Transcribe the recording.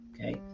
okay